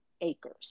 acres